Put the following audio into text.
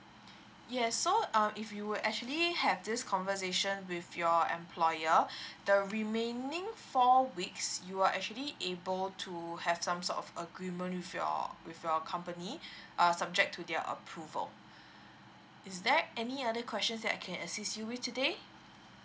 yes so um if you were actually have this conversation with your employer the remaining four weeks you are actually able to have some sort of agreement with your with your company uh subject to their approval is there any other questions that I can assist you with today